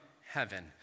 heaven